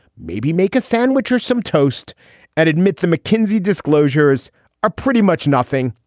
maybe make a sandwich or some toast and admit the mckinsey disclosures are pretty much nothing.